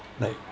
like